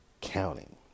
counting